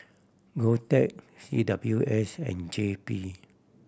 GovTech C W S and J P